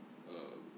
um